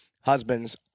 husbands